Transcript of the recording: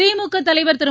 திமுக தலைவர் திரு